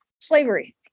slavery